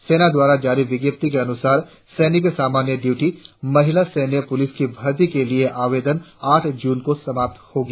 सेना द्वारा जारी विज्ञप्ति के अनुसार सेनिक सामान्य ड्यूटी महिला सैन्य पुलिस की भर्ती के लिए आवेदन आठ जून को समाप्त हो जाएगी